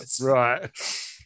right